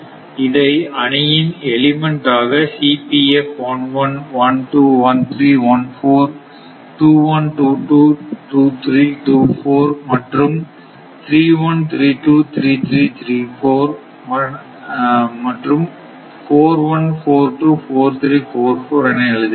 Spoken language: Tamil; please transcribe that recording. இதை அணியின் எலமென்ட் ஆக மற்றும் என எழுதுகிறோம்